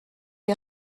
les